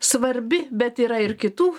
svarbi bet yra ir kitų